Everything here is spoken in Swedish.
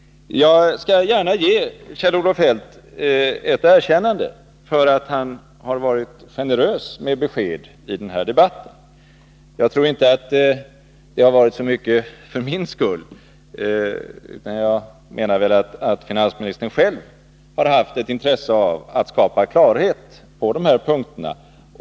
Jag skall gärna ge Kjell-Olof Feldt ett erkännande för att han har varit generös med besked i den här debatten. Jag tror inte att det har varit så mycket för min skull, utan jag menar väl att finansministern själv har haft ett intresse av att skapa klarhet på dessa punkter.